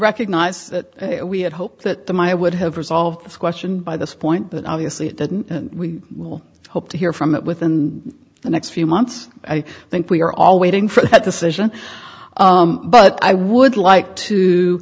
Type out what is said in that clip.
recognize that we had hoped that the my would have resolved this question by this point but obviously it didn't and we will hope to hear from it within the next few months i think we are all waiting for that decision but i would like to